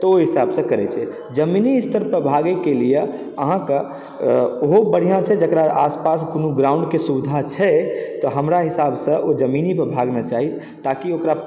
तऽ ओहि हिसाबसँ देखरेख जमीनी स्तरपर भागैके लिए अहाँके ओहो बढ़िआँ छै जकरा ओकर आसपास कोनो ग्राउण्डके सुविधा छै तऽ हमरा हिसाबसँ ओ जमीनेपर भागना चाही ताकि ओकरा